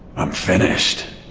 i'm finished